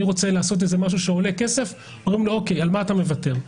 רוצה לעשות משהו שעולה כסף ושואלים אותו על מה הוא מוותר.